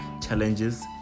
challenges